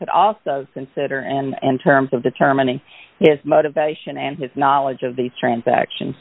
could also consider and in terms of determining his motivation and his knowledge of these transaction